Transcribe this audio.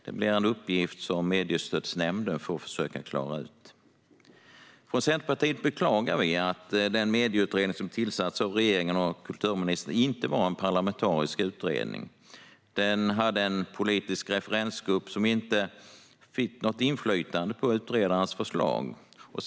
Det blir en uppgift som Mediestödsnämnden får försöka klara ut. Från Centerpartiet beklagar vi att den medieutredning som tillsattes av regeringen och kulturministern inte var en parlamentarisk utredning. Den hade en politisk referensgrupp som inte fick något inflytande på utredarens förslag.